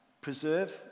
preserve